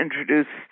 introduce